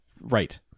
right